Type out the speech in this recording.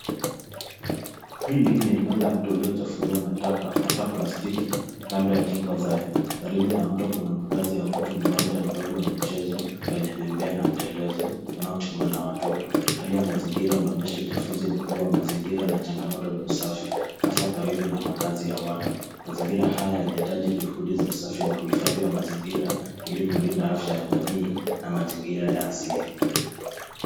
Hili ni eneo la mto uliochafuliwa na taka hasaa plastiki kando ya kingo zake. Karibu na mto kuna makazi ya watu na uwanja mdogo wa michezo, wenye bembea na mtelezo, unaotumiwa na watoto. Hali ya mazingira unaonesha uchafuzi mkuu wa mazingira na changamoto za usafi hasaa karibu na makazi ya watu. Mazingira haya yanahitaji juhudi za usafi na uhifadhi wa mazingira ili kulinda hashi ya wajamii na mazingira ya asili.